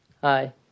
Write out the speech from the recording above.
Hi